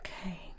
okay